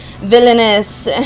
villainous